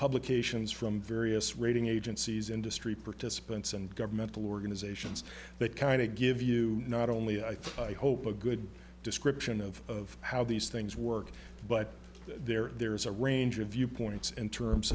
publications from various rating agencies industry participants and governmental organizations that kind of give you not only i think i hope a good description of how these things work but there are there is a range of viewpoints in terms